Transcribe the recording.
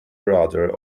brother